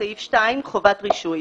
חובת רישוי